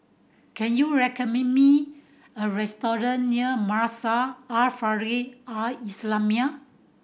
can you recommend me a restaurant near Madrasah Al Maarif Al Islamiah